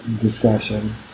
discussion